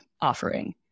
offering